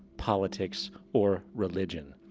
politics or religion.